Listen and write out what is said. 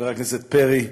חבר הכנסת פרי,